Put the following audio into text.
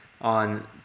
on